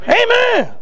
amen